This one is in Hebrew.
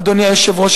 אדוני היושב-ראש,